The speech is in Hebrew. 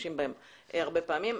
משתמשים בהן הרבה פעמים,